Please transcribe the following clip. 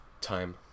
time